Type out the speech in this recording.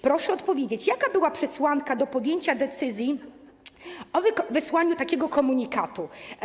Proszę odpowiedzieć na pytanie: Jaka była przesłanka do podjęcia decyzji o wysłaniu takiego komunikatu?